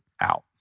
out